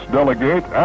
delegate